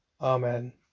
Amen